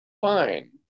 fine